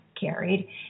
carried